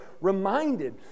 reminded